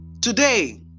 today